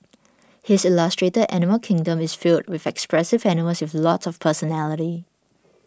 his illustrated animal kingdom is filled with expressive animals with lots of personality